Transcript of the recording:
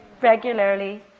regularly